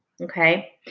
okay